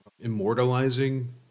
Immortalizing